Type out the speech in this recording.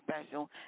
special